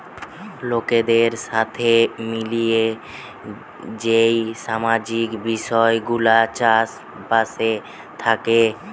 লোকদের সাথে মিলিয়ে যেই সামাজিক বিষয় গুলা চাষ বাসে থাকে